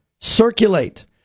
circulate